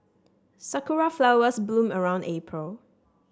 sakura flowers bloom around April